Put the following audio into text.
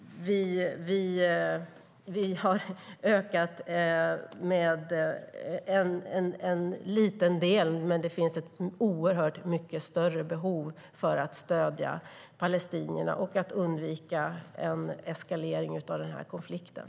Vi har ökat med en liten del, men det finns ett oerhört mycket större behov av att stödja palestinierna för att undvika en eskalering av konflikten.